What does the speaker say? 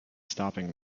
stopping